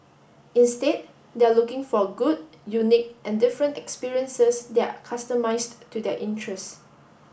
instead they are looking for good unique and different experiences that are customised to their interests